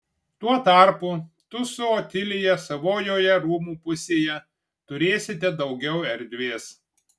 tuo tarpu tu su otilija savojoje rūmų pusėje turėsite daugiau erdvės